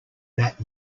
that